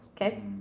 Okay